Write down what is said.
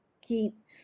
keep